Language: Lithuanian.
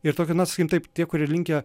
ir tokia na sakykim taip tie kurie linkę